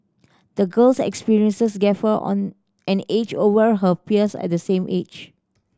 the girl's experiences gave her on an edge over her peers at the same age